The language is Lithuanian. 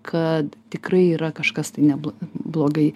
kad tikrai yra kažkas tai neb blogai